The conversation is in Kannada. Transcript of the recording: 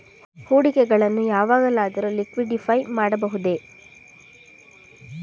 ಹೂಡಿಕೆಗಳನ್ನು ಯಾವಾಗಲಾದರೂ ಲಿಕ್ವಿಡಿಫೈ ಮಾಡಬಹುದೇ?